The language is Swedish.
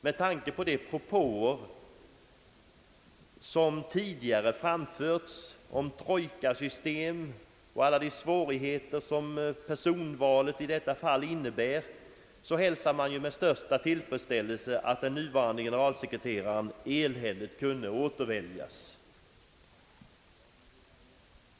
Med tanke på de propåer 'som tidigare framförts om trojkasystem och alla de svårigheter som personvalet i detta fall innebär, hälsar man med stor tillfredsställelse att den nuvarande generalsekreteraren enhälligt kunde återväljas.